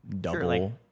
double